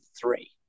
three